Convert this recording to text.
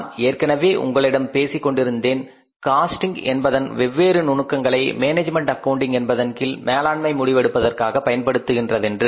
நான் ஏற்கனவே உங்களிடம் பேசிக் கொண்டிருந்தேன் காஸ்டிங் என்பதன் வெவ்வேறு நுணுக்கங்களை மேனேஜ்மெண்ட் அக்கவுண்டிங் என்பதன் கீழ் மேலாண்மை முடிவெடுப்பதற்காக பயன்படுத்துகின்றதென்று